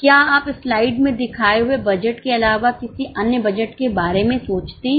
क्या आप स्लाइड में दिखाए हुए बजट के अलावा किसी अन्य बजट के बारे में सोचते हैं